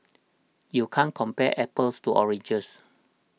you can't compare apples to oranges